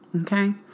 okay